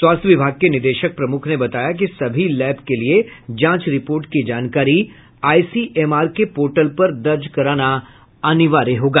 स्वास्थ्य विभाग के निदेशक प्रमुख ने बताया कि सभी लैब के लिए जांच रिपोर्ट की जानकारी आईसीएमआर के पोर्टल पर दर्ज कराना अनिवार्य होगा